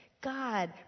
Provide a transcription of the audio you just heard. God